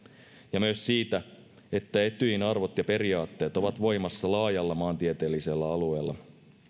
ja myös siitä että etyjin arvot ja periaatteet ovat voimassa laajalla maantieteellisellä alueella